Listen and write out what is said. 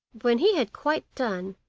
when he had quite done,